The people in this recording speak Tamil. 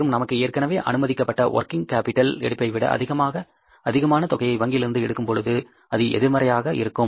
மற்றும் நமக்கு ஏற்கனவே அனுமதிக்கப்பட்ட ஒர்கிங் கேப்பிடல் எடுப்பைவிட அதிகமான தொகையை வங்கியிலிருந்து எடுக்கும்பொழுது அது எதிர்மறையாக இருக்கும்